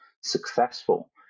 successful